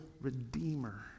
redeemer